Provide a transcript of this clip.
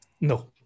No